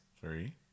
three